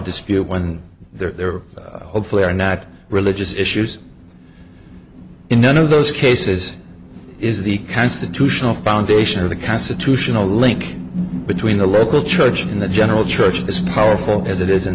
dispute when there are hopefully are not religious issues in one of those cases is the constitutional foundation of the constitutional link between the local church and the general church this powerful as it is in